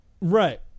Right